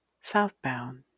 Southbound